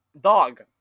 dog